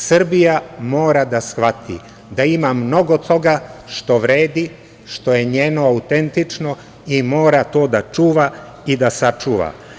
Srbija mora da shvati da ima mnogo toga što vredi, što je njeno autentično i mora to da čuva i da sačuva.